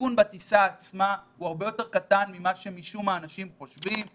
הסיכון בטיסה עצמה הוא הרבה יותר קטן ממה שמשום מה אנשים חושבים.